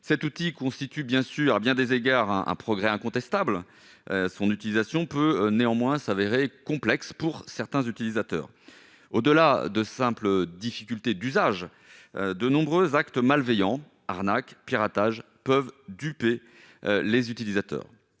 cet outil constitue bien sûr à bien des égards à un progrès incontestable, son utilisation peut néanmoins s'avérer complexe pour certains utilisateurs au-delà de simples difficultés d'usage de nombreux actes malveillants arnaque piratage peuvent duper les utilisateurs,